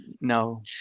No